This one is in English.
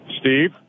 Steve